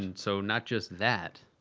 and so not just that.